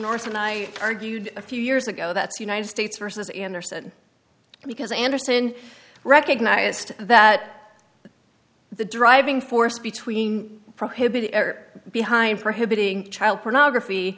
marson i argued a few years ago that's united states versus anderson because anderson recognized that the driving force between prohibited behind prohibiting child pornography